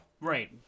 Right